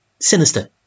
sinister